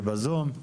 היא בזום?